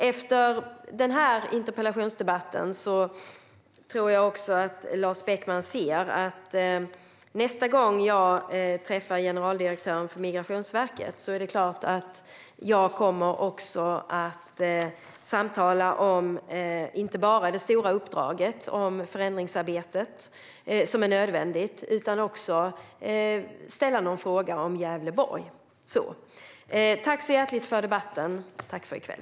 Efter den här debatten tror jag också att Lars Beckman ser att jag nästa gång jag träffar generaldirektören för Migrationsverket inte bara kommer att samtala om det stora uppdraget och det förändringsarbete som är nödvändigt utan också kommer att ställa någon fråga om Gävleborg. Tack så hjärtligt för debatten! Tack för i kväll!